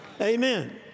Amen